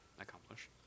accomplish